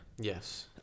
yes